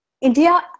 India